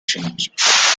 change